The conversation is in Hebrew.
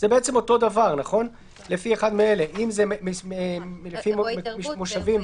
הם עדיין לפי מגבלות ההתקהלות,